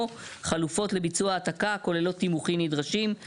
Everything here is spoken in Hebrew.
חלופות לביצוע העתקה הכוללות תימוכין נדרשים.".